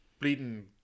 bleeding